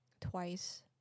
twice